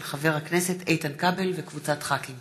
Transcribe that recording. של חבר הכנסת איתן כבל וקבוצת חברי הכנסת.